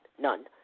None